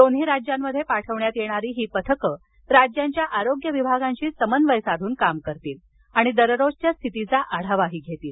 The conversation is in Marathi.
दोन्ही राज्यांमध्ये पाठविण्यात येणारी ही पथकं राज्यांच्या आरोग्य विभागांशी समन्वय साधून काम करतील आणि दररोजच्या स्थितीचा आढावा घेतील